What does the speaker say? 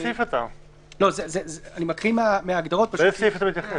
לאיזה סעיף אתה מתייחס?